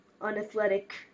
unathletic